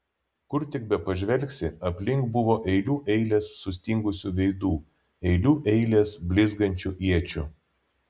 kur tik bepažvelgsi aplink buvo eilių eilės sustingusių veidų eilių eilės blizgančių iečių